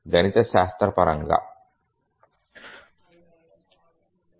గణిత శాస్త్రపరంగా చేద్దాం